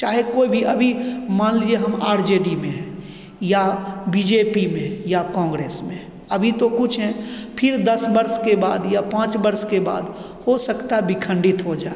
चाहे कोई भी अभी मान लीजिए अभी हम आर जे डी में हैं या बी जे पी में हैं या काँग्रेस में हैं अभी तो कुछ है फिर दस वर्ष के बाद या पाँच वर्ष के बाद हो सकता है विखण्डित हो जाएँ